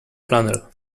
flannel